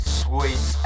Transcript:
sweet